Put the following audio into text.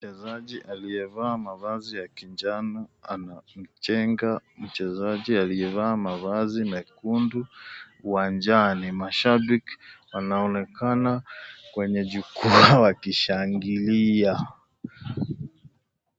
Mchezaji aliyevaa mavazi ya kijani anamchenga mchezaji aliyevaa mavazi mekundu uwanjani. Mashabiki wanaonekana kwenye jukwa wakishangilia.